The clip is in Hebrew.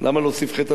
כמה שאדם סובל,